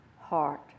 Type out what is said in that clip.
heart